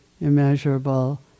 immeasurable